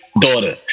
daughter